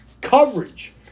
coverage